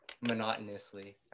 monotonously